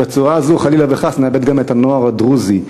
בצורה הזאת, חלילה וחס, נאבד גם את הנוער הדרוזי.